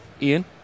Ian